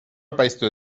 apaiztu